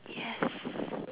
yes